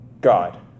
God